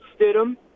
Stidham